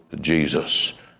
Jesus